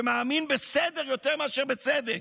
שמאמין בסדר יותר מאשר בצדק,